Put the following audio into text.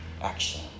action